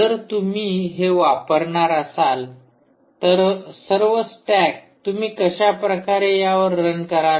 जर तुम्ही हे वापरणार असाल तर सर्व स्टॅक तुम्ही कशाप्रकारे यावर रन कराल